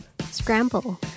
Scramble